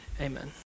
Amen